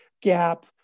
Gap